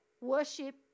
worship